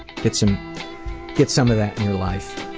to get some get some of that in your life.